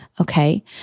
Okay